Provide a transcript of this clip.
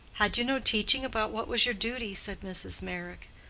had you no teaching about what was your duty? said mrs. meyrick.